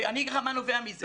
אני אגיד לך מה נובע מזה.